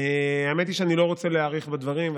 האמת היא שאני לא רוצה להאריך בדברים,